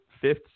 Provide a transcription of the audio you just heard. fifth